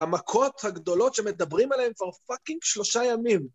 המכות הגדולות שמדברים עליהן כבר פאקינג שלושה ימים.